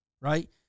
right